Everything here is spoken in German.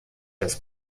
das